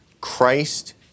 Christ